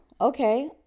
okay